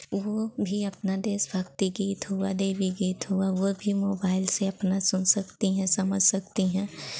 वो भी अपना देशभक्ति गीत हुआ देवी गीत हुआ वो भी मोबाइल से अपना सुन सकती हैं समझ सकती हैं